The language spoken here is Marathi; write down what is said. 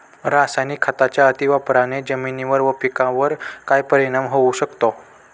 रासायनिक खतांच्या अतिवापराने जमिनीवर व पिकावर काय परिणाम होऊ शकतो?